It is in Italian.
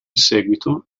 seguito